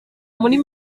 muri